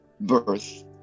birth